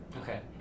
Okay